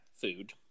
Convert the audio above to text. food